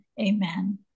Amen